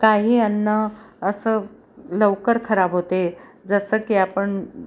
काही अन्न असं लवकर खराब होते जसं की आपण